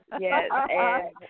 Yes